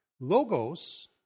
Logos